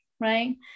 right